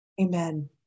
Amen